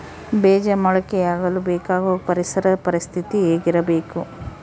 ಬೇಜ ಮೊಳಕೆಯಾಗಲು ಬೇಕಾಗುವ ಪರಿಸರ ಪರಿಸ್ಥಿತಿ ಹೇಗಿರಬೇಕು?